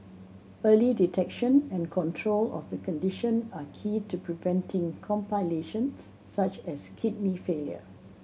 early detection and control of the condition are key to preventing such as kidney failure